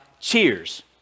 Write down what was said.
cheers